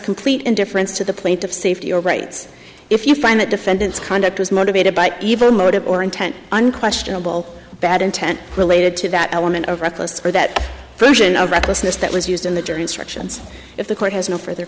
complete indifference to the plaintiff safety or rights if you find that defendants conduct was motivated by evil motive or intent unquestionable bad intent related to that element of reckless or that version of recklessness that was used in the jury instructions if the court has no further